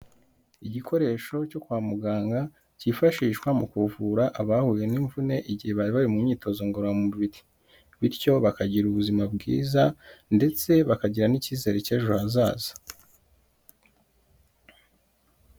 Igikoresho cyo kwa muganga cyifashishwa mu kuvura abahuye n'imvune igihe bari bari mu myitozo ngororamubiri, bityo bakagira ubuzima bwiza ndetse bakagira n'icyizere cy'ejo hazaza.